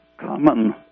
common